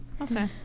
Okay